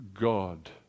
god